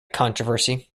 controversy